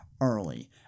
early